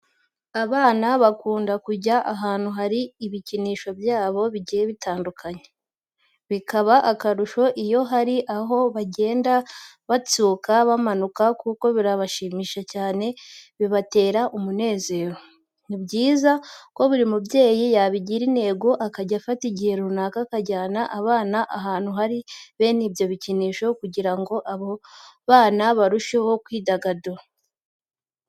Abana bakunda kujya ahantu hari ibikinisho byabo bigiye bitandukanye. Bikaba akarusho iyo hari aho bagenda batsuka bamanuka kuko birabashimisha cyane bibatera umunezero. Ni byiza ko buri mubyeyi yabigira intego akajya afata igihe runaka akajyana abana ahantu hari bene ibyo bikinisho kugira ngo abana barusheho kwidagadura.